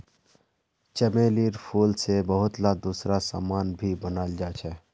चमेलीर फूल से बहुतला दूसरा समान भी बनाल जा छे